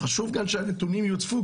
חשוב גם שהנתונים יוצפו,